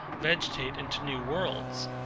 vegetate into new worlds.